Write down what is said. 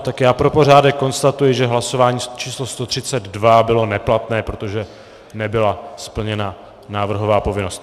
Tak já pro pořádek konstatuji, že hlasování číslo 132 bylo neplatné, protože nebyla splněna návrhová povinnost.